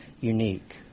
unique